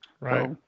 Right